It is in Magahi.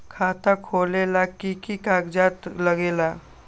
खाता खोलेला कि कि कागज़ात लगेला?